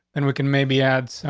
and we could maybe add some,